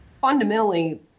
fundamentally